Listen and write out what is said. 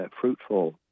fruitful